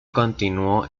continuó